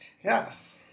Yes